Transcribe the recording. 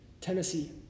Tennessee